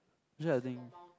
actually I think